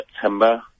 September